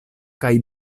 kaj